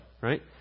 right